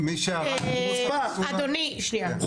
מוסה חסונה בא לרצוח את הילד הזה.